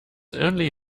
only